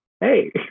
hey